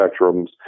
spectrums